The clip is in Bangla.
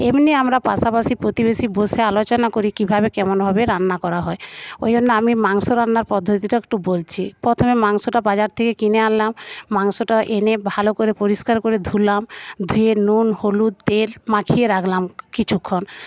এমনি আমরা পাশাপাশি প্রতিবেশি বসে আলোচনা করি কী ভাবে কেমন ভাবে রান্না করা হয় ওই জন্য আমি মাংস রান্নার পদ্ধতিটা একটু বলছি প্রথমে মাংসটা বাজার থেকে কিনে আনলাম মাংসটা এনে ভালো করে পরিষ্কার করে ধুলাম ধুয়ে নুন হলুদ তেল মাখিয়ে রাখলাম কিছুক্ষণ